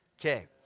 Okay